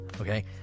Okay